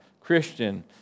Christian